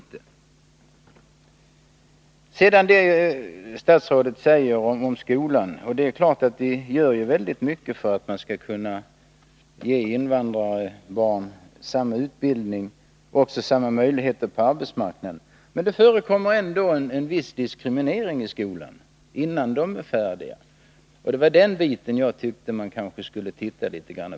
När det gäller det statsrådet säger om skolan, är det klart att vi gör väldigt mycket för att ge invandrarbarn samma utbildning och samma möjligheter på arbetsmarknaden. Men det förekommer ändå en viss diskriminering i skolan, och det var den biten jag tyckte att man skulle titta litet mer på.